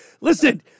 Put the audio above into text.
Listen